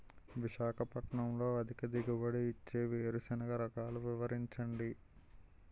విశాఖపట్నంలో అధిక దిగుబడి ఇచ్చే వేరుసెనగ రకాలు వివరించండి?